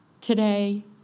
today